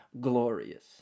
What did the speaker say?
glorious